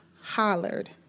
hollered